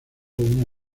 una